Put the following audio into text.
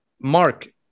mark